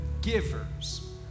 givers